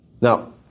Now